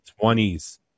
twenties